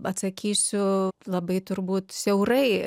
atsakysiu labai turbūt siaurai